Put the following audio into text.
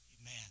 Amen